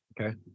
Okay